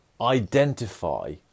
identify